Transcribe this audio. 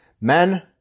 Men